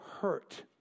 hurt